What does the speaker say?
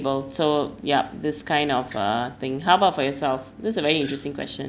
table so yup this kind of uh thing how about for yourself that's a very interesting question